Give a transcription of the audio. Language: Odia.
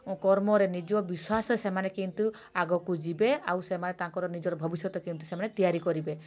କର୍ମରେ ନିଜ ବିଶ୍ବାସ ସେମାନେ କିନ୍ତୁ ଆଗକୁ ଯିବେ ଆଉ ସେମାନେ ତାଙ୍କର ନିଜର ଭବିଷ୍ୟତ କେମିତି ସେମାନେ ତିଆରି କରିବେ